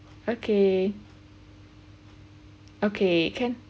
okay okay can